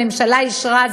הממשלה אישרה,